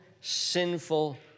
sinful